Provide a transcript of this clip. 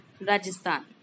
Rajasthan